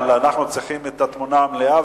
אבל אנחנו צריכים את התמונה המלאה,